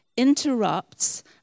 interrupts